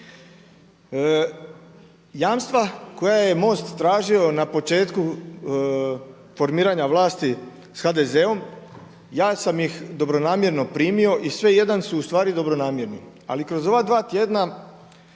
Jamstva koja je MOST tražio na početku formiranja vlasti s HDZ-om, ja sam ih dobronamjerno primio i sve jedan su ustvari dobronamjerni. Ali kroz ova dva tjedna